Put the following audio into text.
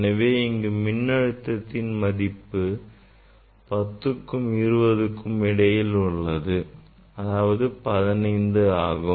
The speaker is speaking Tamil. எனவே இங்கு மின்னழுத்தத்தின் மதிப்பு பத்துக்கும் இருபதுக்கும் இடையில் உள்ளது அதாவது 15 ஆகும்